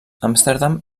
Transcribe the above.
amsterdam